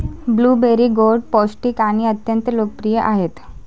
blueberry गोड, पौष्टिक आणि अत्यंत लोकप्रिय आहेत